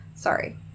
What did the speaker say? Sorry